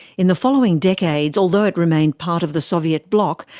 in the following decades, although it remained part of the soviet bloc,